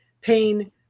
pain